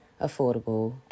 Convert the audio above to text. affordable